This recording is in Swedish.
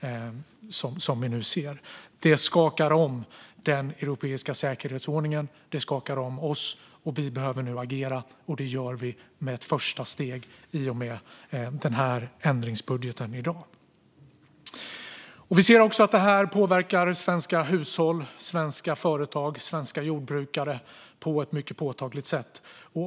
Det skakar om den europeiska säkerhetsordningen. Det skakar om oss. Vi behöver agera nu. Och det gör vi i dag i ett första steg i och med den här ändringsbudgeten. Vi ser också att det här påverkar svenska hushåll, svenska företag och svenska jordbrukare på ett mycket påtagligt sätt.